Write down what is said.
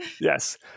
Yes